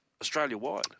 Australia-wide